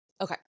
Okay